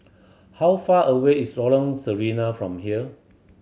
how far away is Lorong Sarina from here